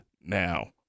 now